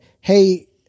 hey